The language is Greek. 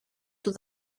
του